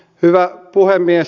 hyvä puhemies